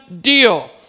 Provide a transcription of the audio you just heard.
deal